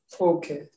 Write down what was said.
Okay